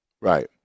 right